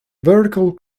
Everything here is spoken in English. vertical